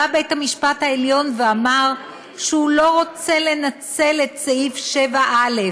בא בית-המשפט העליון ואמר שהוא לא רוצה לנצל את סעיף 7א(א),